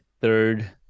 third